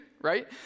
right